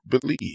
believe